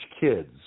kids